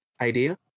idea